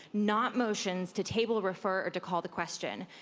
not motions, to table, refer, or to call the question.